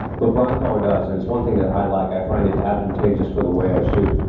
but broncolor does, and it's one thing that i like, i find it advantageous for the way i shoot,